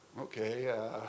Okay